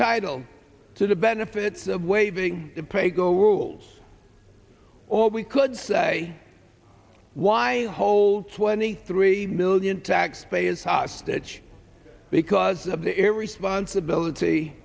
title to the benefits of waiving prego rules or we could say why hold twenty three million taxpayers hostage because of the air responsibility